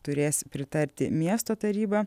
turės pritarti miesto taryba